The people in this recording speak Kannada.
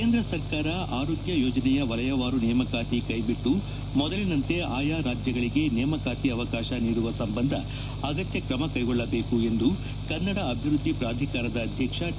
ಕೇಂದ್ರ ಸರ್ಕಾರ ಆರೋಗ್ಯ ಯೋಜನೆಯ ವಲಯವಾರು ನೇಮಕಾತಿ ಕೈಬಿಟ್ಲು ಮೊದಲಿನಂತೆ ಆಯಾ ರಾಜ್ಯಗಳಿಗೆ ನೇಮಕಾತಿ ಅವಕಾಶ ನೀಡುವ ಸಂಬಂಧ ಅಗತ್ಯ ಕ್ರಮ ಕೈಗೊಳ್ಳಬೇಕು ಎಂದು ಕನ್ನಡ ಅಭಿವೃದ್ಧಿ ಪ್ರಾಧಿಕಾರದ ಅಧ್ಯಕ್ಷ ಟ